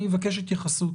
אני אבקש התייחסות